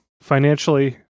financially